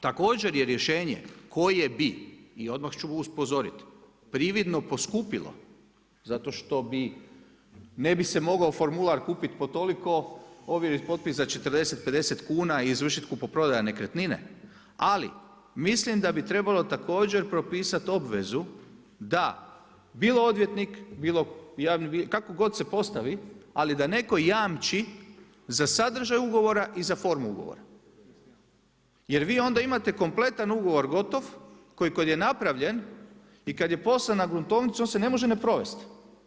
Također je rješenje koje bi i odmah ću upozoriti, prividno poskupilo, zato što bi, ne bi se mogao formular kupiti po toliko, … 40, 50 kuna i izvršiti kupoprodaju nekretnine, ali mislim da bi trebalo također propisati obvezu da bilo odvjetnik, bilo javni bilježnik, kako god se postavi, ali da netko jamči za sadržaj ugovora i za formu ugovora jer vi onda imate kompletan ugovor gotov koji kad je napravljen i kad je poslan na gruntovnicu, on se ne može ne provesti.